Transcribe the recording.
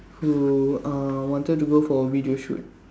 who uh wanted to go for a video shoot